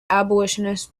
abolitionist